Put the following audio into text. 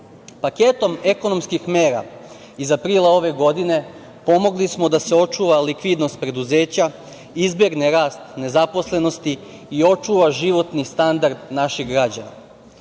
Paketom ekonomskih mera iz aprila ove godine pomogli smo da se očuva likvidnost preduzeća, izbegne rast nezaposlenosti i očuva životni standard naših građana.S